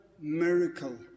miracle